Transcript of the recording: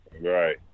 Right